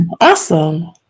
Awesome